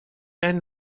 einen